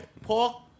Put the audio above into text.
Pork